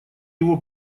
его